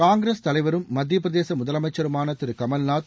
காங்கிரஸ் தலைவரும் மத்திய பிரதேச முதலமைச்சருமான திரு கமல்நாத்